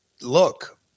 look